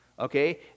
Okay